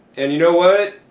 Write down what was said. and you know what,